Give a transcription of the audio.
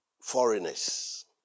foreigners